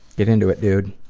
get into it, dude.